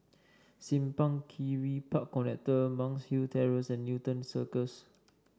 Simpang Kiri Park Connector Monk's Hill Terrace and Newton Circus